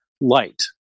light